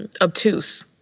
obtuse